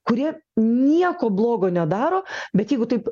kurie nieko blogo nedaro bet jeigu taip